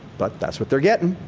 but that's what they're getting.